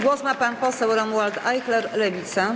Głos ma pan poseł Romuald Ajchler, Lewica.